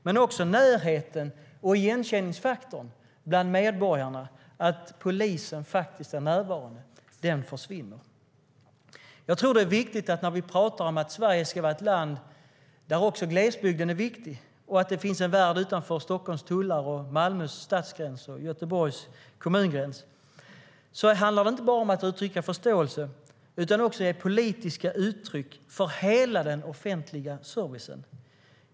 Dessutom försvinner närheten och igenkänningsfaktorn bland medborgarna, som finns när polisen faktiskt är närvarande. När vi pratar om att Sverige ska vara ett land där också glesbygden är viktig och att det finns en värld utanför Stockholms tullar, Malmös stadsgräns och Göteborgs kommungräns handlar det inte bara om att uttrycka förståelse utan också om att ge politiska uttryck för hela den offentliga servicen.